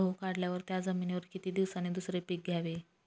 गहू काढल्यावर त्या जमिनीवर किती दिवसांनी दुसरे पीक घ्यावे?